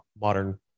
modern